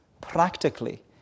practically